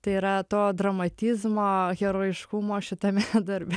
tai yra to dramatizmo herojiškumo šitame darbe